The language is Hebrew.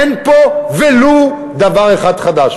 אין פה ולו דבר אחד חדש,